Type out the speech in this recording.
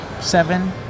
seven